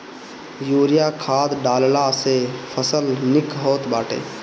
urea खाद डालला से फसल निक होत बाटे